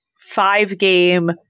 five-game